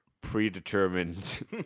predetermined